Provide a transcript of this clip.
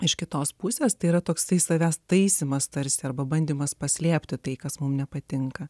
iš kitos pusės tai yra toks tai savęs taisymas tarsi arba bandymas paslėpti tai kas mums nepatinka